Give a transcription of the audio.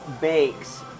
bakes